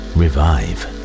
revive